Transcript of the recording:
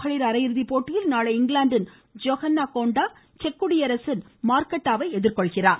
மகளிர் அரையிறுதி போட்டியில் நாளை இங்கிலாந்தின் ஜோஹண்ணா கோண்டா செக் குடியரசின் மார்க்கெட்டா ஓண்ட்ரோஸ்சுவா வை எதிர்கொள்கிறார்